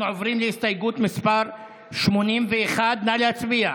אנחנו עוברים להסתייגות מס' 81. נא להצביע.